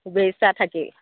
শুভেচ্ছা থাকিল